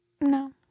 No